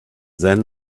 then